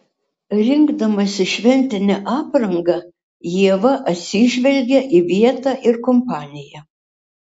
rinkdamasi šventinę aprangą ieva atsižvelgia į vietą ir kompaniją